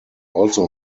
also